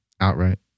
outright